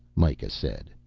mikah said.